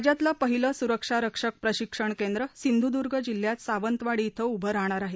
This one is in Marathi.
राज्यातलं पाहिलं सुरक्षा रक्षक प्रशिक्षण केंद्र सिंधुदुर्ग जिल्हयात सावंतवाडी क्विं उभं राहणार आहे